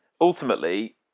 Ultimately